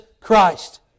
Christ